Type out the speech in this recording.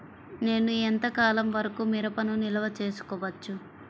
నేను ఎంత కాలం వరకు మిరపను నిల్వ చేసుకోవచ్చు?